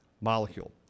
molecule